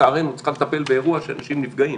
המשטרה לצערנו צריכה לטפל באירוע שאנשים נפגעים.